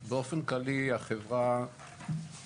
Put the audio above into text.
(הצגת מצגת) באופן כללי החברה בשנים